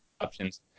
options